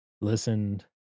listened